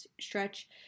Stretch